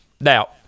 Now